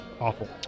awful